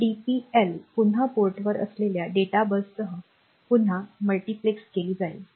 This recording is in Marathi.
ही डीपीएल पुन्हा पोर्टवर असलेल्या डेटा बससह पुन्हा मल्टीप्लेक्स केली जाईल